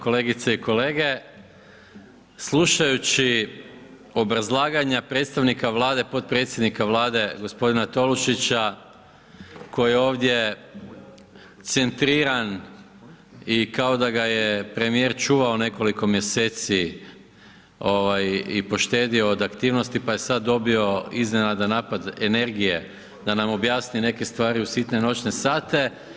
Kolegice i kolege, slušajući obrazlaganja predstavnika Vlade, potpredsjednika Vlade gospodina Tolušića koji je ovdje centriran i kao da ga je premijer čuvao nekoliko mjeseci i poštedio od aktivnosti pa je sada dobio iznenada napad energije da nam objasni neke stvari u sitne noćne sate.